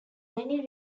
many